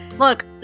Look